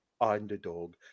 underdog